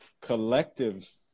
collective